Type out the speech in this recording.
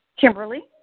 Kimberly